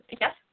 Yes